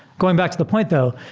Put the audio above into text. going back to the point though,